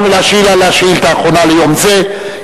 ולהשיב על השאילתא האחרונה ליום זה,